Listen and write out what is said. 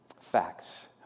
facts